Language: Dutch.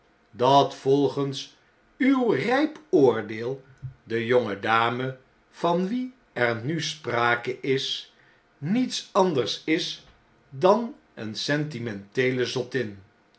dat volgens uw rjp oordeel de jonge dame van wie er nu sprake is niets anders is dan eene sentimenteele zottin